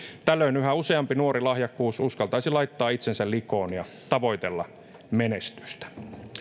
tällöin yhä useampi nuori lahjakkuus uskaltaisi laittaa itsensä likoon ja tavoitella menestystä